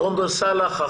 סונדרס סאלח.